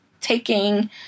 taking